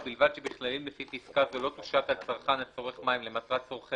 ובלבד שבכללים לפי פסקה זו לא תושת על צרכן הצורך מים למטרת צורכי